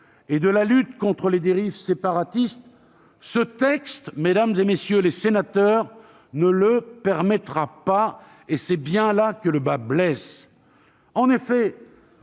et de la lutte contre les dérives séparatistes, ce texte, mesdames, messieurs les sénateurs, ne le permettra pas, et c'est bien là que le bât blesse ! En effet,